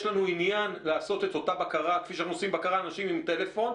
לנו עניין לעשות את אותה בקרה כפי שהם עושים לאנשים עם טלפון,